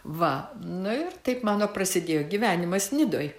va nu ir taip mano prasidėjo gyvenimas nidoj